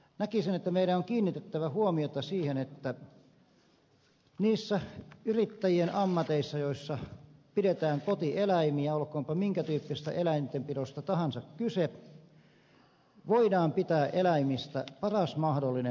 näkisin että meidän on kiinnitettävä huomiota siihen että niissä yrittäjien ammateissa joissa pidetään kotieläimiä olkoonpa minkä tyyppisestä eläintenpidosta tahansa kyse voidaan pitää eläimistä paras mahdollinen huoli